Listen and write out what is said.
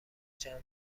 جمع